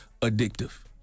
addictive